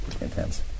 intense